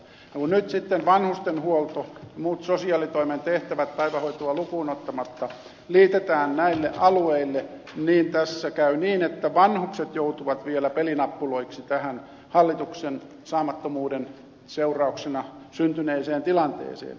kun nyt sitten vanhustenhuolto ja muut sosiaalitoimen tehtävät päivähoitoa lukuun ottamatta liitetään näille alueille niin tässä käy niin että vanhukset joutuvat vielä pelinappuloiksi tähän hallituksen saamattomuuden seurauksena syntyneeseen tilanteeseen